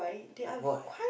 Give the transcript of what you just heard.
why